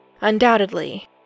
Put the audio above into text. undoubtedly